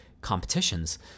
competitions